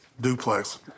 duplex